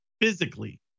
physically